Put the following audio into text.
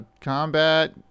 combat